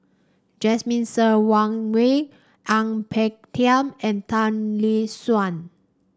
Jasmine Ser Wang Wei Ang Peng Tiam and Tan Lee Suan